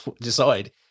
decide